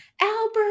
Albert